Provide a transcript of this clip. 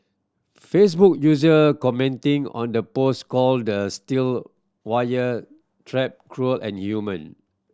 facebook user commenting on the post called the steel wire trap cruel and inhumane